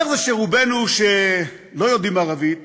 אז איך זה שרובנו לא יודעים ערבית,